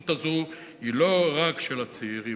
הזכות הזו היא לא רק של הצעירים.